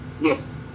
Yes